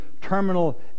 terminal